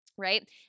right